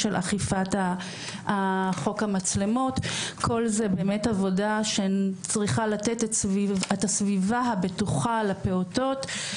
כל מי שנמצא במסגרת של שבעה פעוטות ומעלה הוא מפוקח.